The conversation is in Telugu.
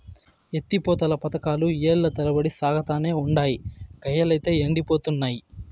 ఎత్తి పోతల పదకాలు ఏల్ల తరబడి సాగతానే ఉండాయి, కయ్యలైతే యెండిపోతున్నయి